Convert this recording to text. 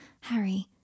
Harry